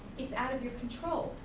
it's out of your control.